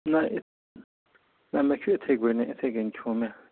نہَ اِتھ نہَ مےٚ کھیوٚو یِتھٕے پٲٹھٮ۪ن یِتھٕے کٔنۍ کھیوٚو مےٚ